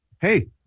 hey